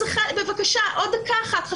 בבקשה, עוד דקה אחת.